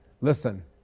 listen